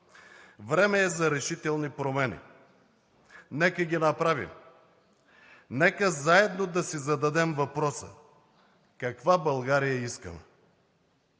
Време е за решителни промени! Нека да ги направим, нека заедно да си зададем въпроса каква България искаме